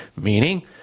Meaning